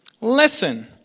listen